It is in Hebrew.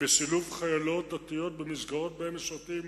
בשילוב חיילות דתיות במסגרות שבהן משרתים